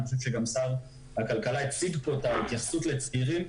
ואני חושב ששר הכלכלה הציג פה את ההתייחסות לצעירים,